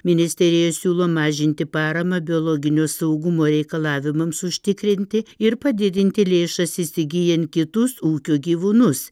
ministerija siūlo mažinti paramą biologinio saugumo reikalavimams užtikrinti ir padidinti lėšas įsigyjant kitus ūkio gyvūnus